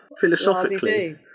Philosophically